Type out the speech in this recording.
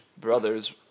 brothers